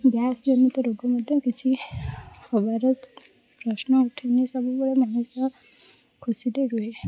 gas ଜନିତ ରୋଗ ମଧ୍ୟ କିଛି ହେବାର ପ୍ରଶ୍ନ ଉଠୁନି ସବୁବେଳେ ମଣିଷ ଖୁସିରେ ରୁହେ